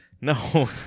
No